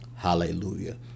hallelujah